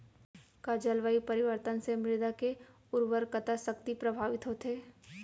का जलवायु परिवर्तन से मृदा के उर्वरकता शक्ति प्रभावित होथे?